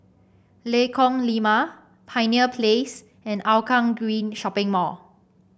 Lengkong Lima Pioneer Place and Hougang Green Shopping Mall